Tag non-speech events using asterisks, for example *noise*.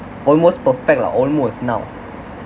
almost perfect lah almost now *breath*